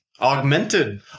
Augmented